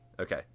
Okay